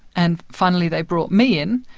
and finally they brought me in,